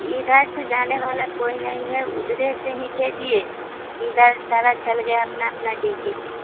इधर से जाने वाला कोई नहीं है उधर से ही भेजिए इधर सारे चले गए अपनी अपनी ड्यूटी पर